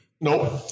Nope